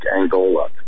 Angola